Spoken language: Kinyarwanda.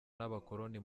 n’abakoloni